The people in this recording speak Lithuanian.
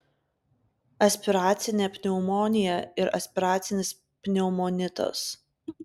aspiracinė pneumonija ir aspiracinis pneumonitas